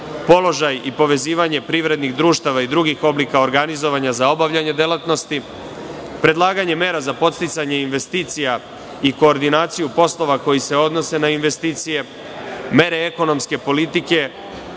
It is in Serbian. položaj i povezivanje privrednih društava i drugih oblika organizovanja za obavljanje delatnosti, predlaganje mera za podsticanje investicija i koordinaciju poslova koji se odnose na investicije, mere ekonomske politike